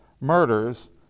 murders